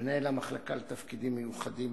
מנהל המחלקה לתפקידים מיוחדים,